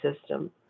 system